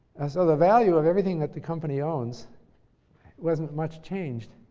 so, the value of everything that the company owns wasn't much changed.